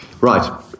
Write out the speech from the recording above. right